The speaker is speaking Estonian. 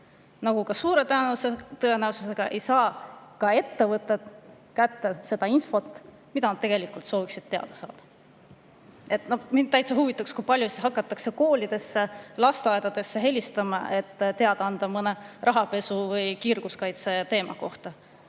saa. Suure tõenäosusega ei saa ka ettevõtjad kätte seda infot, mida nad tegelikult sooviksid saada. Mind täitsa huvitab, kui palju siis hakatakse koolidesse-lasteaedadesse helistama, et teada anda mõne rahapesu või kiirguskaitse teema kohta.